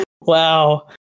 Wow